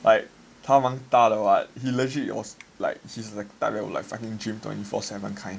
like 他们瞒大的 [what] he legit was like he's like 大概 fucking gym like twenty four seven kind